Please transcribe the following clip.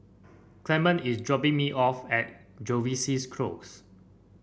Clement is dropping me off at Jervois's Close